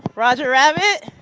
roger rabbit.